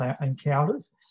encounters